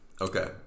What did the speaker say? Okay